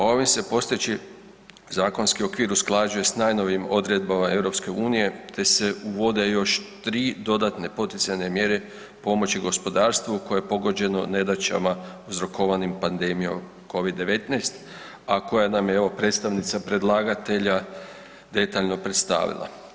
Ovim se postojeći zakonski okvir usklađuje s najnovijim odredbama EU te se uvode još 3 dodatne poticajne mjere pomoći gospodarstvu koje je pogođeno nedaćama uzrokovanim pandemijom Covid-19, a koje nam je evo predstavnica predlagatelja detaljno predstavila.